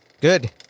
Good